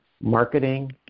marketing